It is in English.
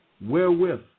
wherewith